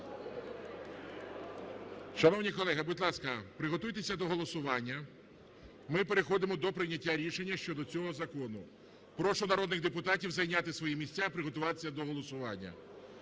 Шановні колеги, будь ласка, приготуйтеся до голосування. Ми переходимо до прийняття рішення щодо цього закону. Прошу народних депутатів зайняти свої місця, приготуватися до голосування.